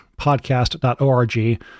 podcast.org